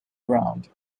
around